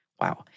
Wow